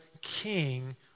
king